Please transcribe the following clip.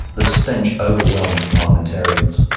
the stench overwhelmed parliamentarians.